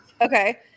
okay